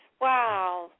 Wow